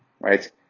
right